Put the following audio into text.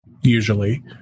Usually